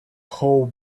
whole